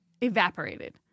evaporated